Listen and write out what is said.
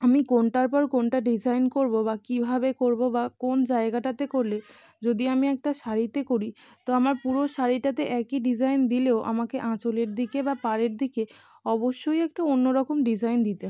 আমি কোনটার পর কোনটা ডিজাইন করবো বা কীভাবে করবো বা কোন জায়গাটাতে করলে যদি আমি একটা শাড়িতে করি তো আমার পুরো শাড়িটাতে একই ডিজাইন দিলেও আমাকে আঁচলের দিকে বা পাড়ের দিকে অবশ্যই একটু অন্য রকম ডিজাইন দিতে হয়